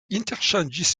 interŝanĝis